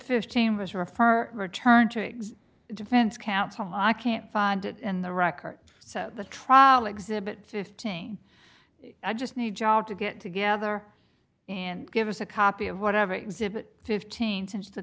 fifteen was refer returned to defense counsel i can't find it in the record so the trial exhibit fifteen i just need job to get together and give us a copy of whatever exhibit fifteen